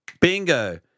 bingo